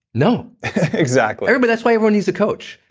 no exactly but that's why everyone needs a coach.